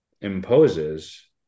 imposes